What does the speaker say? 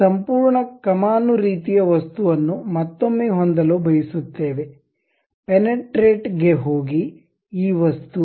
ಈ ಸಂಪೂರ್ಣ ಕಮಾನು ರೀತಿಯ ವಸ್ತುವನ್ನು ಮತ್ತೊಮ್ಮೆ ಹೊಂದಲು ಬಯಸುತ್ತೇನೆ ಪೆನೆಟ್ರೇಟ್ ಗೆ ಹೋಗಿ ಈ ವಸ್ತು